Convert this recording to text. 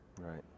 Right